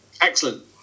excellent